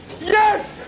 Yes